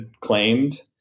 claimed